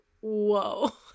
Whoa